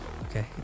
Okay